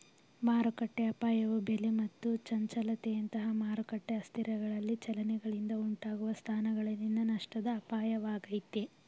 ಮಾರುಕಟ್ಟೆಅಪಾಯವು ಬೆಲೆ ಮತ್ತು ಚಂಚಲತೆಯಂತಹ ಮಾರುಕಟ್ಟೆ ಅಸ್ಥಿರಗಳಲ್ಲಿ ಚಲನೆಗಳಿಂದ ಉಂಟಾಗುವ ಸ್ಥಾನಗಳಲ್ಲಿನ ನಷ್ಟದ ಅಪಾಯವಾಗೈತೆ